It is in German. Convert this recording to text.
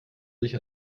sich